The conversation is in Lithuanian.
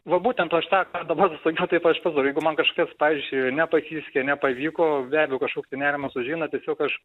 būtent už tą ką dabar su juo taip aš padariau jeigu man kažkas pavyzdžiui nepasisekė nepavyko veda kažkoks nerimas užeina tiesiog aš